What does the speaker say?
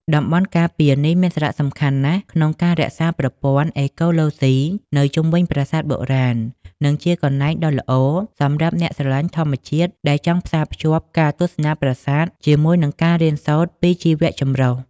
តំបន់ការពារនេះមានសារៈសំខាន់ណាស់ក្នុងការរក្សាប្រព័ន្ធអេកូឡូស៊ីនៅជុំវិញប្រាសាទបុរាណ និងជាកន្លែងដ៏ល្អសម្រាប់អ្នកស្រឡាញ់ធម្មជាតិដែលចង់ផ្សារភ្ជាប់ការទស្សនាប្រាសាទជាមួយនឹងការរៀនសូត្រពីជីវៈចម្រុះ។